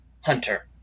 hunter